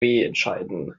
entscheiden